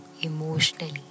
emotionally